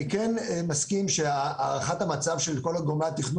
אני מסכים שהערכת המצב של כל גורמי התכנון